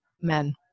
Men